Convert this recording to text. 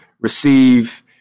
receive